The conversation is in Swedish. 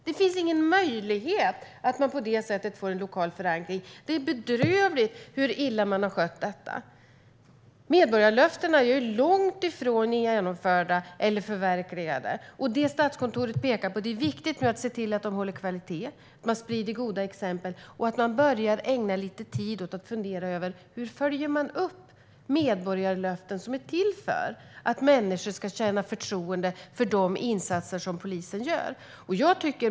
Det finns ingen möjlighet att man på det sättet får en lokal förankring. Det är bedrövligt hur illa man har skött detta. Medborgarlöftena är långt ifrån genomförda eller förverkligade. Statskontoret pekar på att det är viktigt att se till att man håller kvalitet, att man sprider goda exempel och att man börjar ägna lite tid åt att fundera över hur man följer upp medborgarlöften, som är till för att människor ska känna förtroende för de insatser som polisen gör.